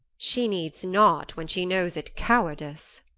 she needs not, when she knows it cowardice.